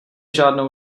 žádnou